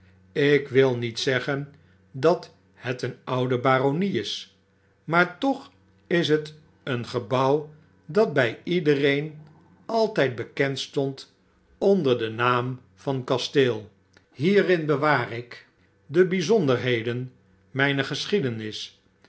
kasteel ik'wil niet zeggen dat het een oude baronie is maar toch is het een gebouw dat by iedereen altyd bekend stond onder den naam van kasteel hierin bewaar ik de byzonderheden mper geschiedenis